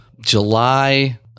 July